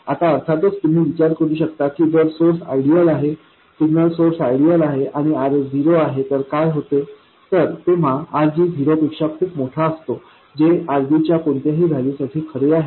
आता अर्थातच तुम्ही विचारू शकता की जर सोर्स आयडियल आहे सिग्नल सोर्स आयडियल आहे आणि RS झिरो आहे तर काय होते तर तेव्हा RG झिरो पेक्षा खूप मोठा असतो जे RG च्या कोणत्याही व्हॅल्यू साठी खरे आहे